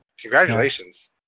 congratulations